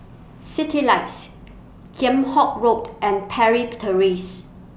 Citylights Kheam Hock Road and Parry Terrace